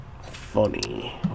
Funny